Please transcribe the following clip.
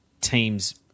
teams